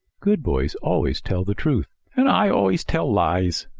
good boys always tell the truth. and i always tell lies.